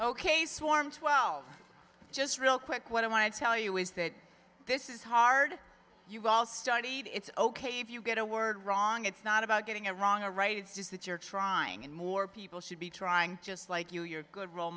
ok swarm twelve just real quick what i want to tell you is that this is hard you've all studied it's ok if you get a word wrong it's not about getting it wrong or right it's just that you're trying and more people should be trying just like you you're good role